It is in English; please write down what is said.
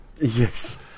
Yes